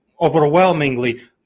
overwhelmingly